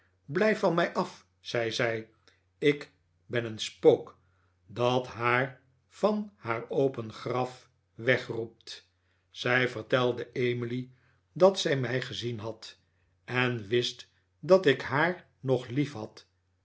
blijf van mij af zei zij ik ben een spook dat haar van haar open graf wegroept zij vertelde emily dat zij mij gezien had en wist dat ik haar nog liefhad